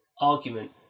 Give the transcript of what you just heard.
argument